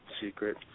secret